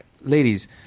Ladies